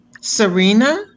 Serena